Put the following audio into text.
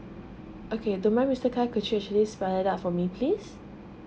okay don't mind mister khaleel could you actually please spell it out for me please